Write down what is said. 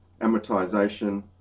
amortization